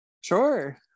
Sure